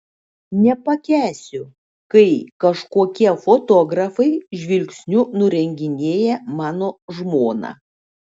nepakęsiu kai kažkokie fotografai žvilgsniu nurenginėja mano žmoną